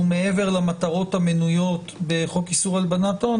מעבר למטרות המנויות בחוק איסור הלבנת הון